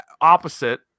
opposite